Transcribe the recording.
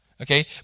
okay